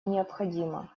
необходимо